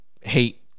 hate